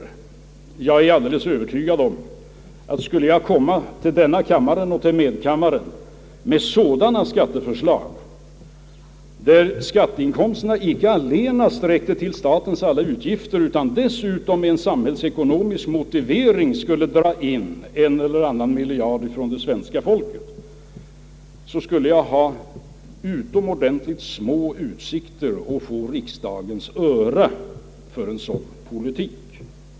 Jag är alldeles övertygad om att om jag skulle komma till denna kammare och till medkammaren med sådana skatteförslag, där skatteinkomsterna icke allenast räckte till statens alla utgifter, utan där jag dessutom med en sam hällsekonomisk motivering skulle dra in en eller annan miljard från det svenska folket, då skulle jag ha små utsikter att få riksdagens öra för en sådan politik.